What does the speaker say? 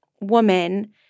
woman